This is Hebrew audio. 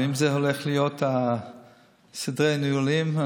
ואם אלה הולכים להיות סדרי הניהול אז